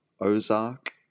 Ozark